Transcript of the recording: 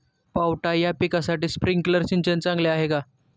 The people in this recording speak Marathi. पावटा या पिकासाठी स्प्रिंकलर सिंचन चांगले आहे का?